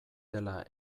dela